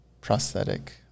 prosthetic